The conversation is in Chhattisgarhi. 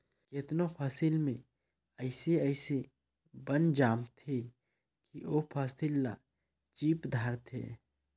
केतनो फसिल में अइसे अइसे बन जामथें कि ओ फसिल ल चीप धारथे